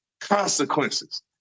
consequences